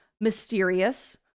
mysterious